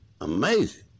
Amazing